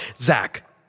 Zach